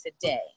today